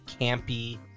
campy